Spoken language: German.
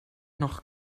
noch